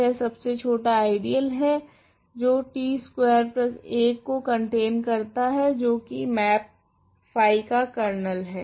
यह सबसे छोटा आइडियल है जी t स्कवेर 1 को कंटेन करता है जो की मैप फाई का कर्नल है